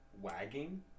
Wagging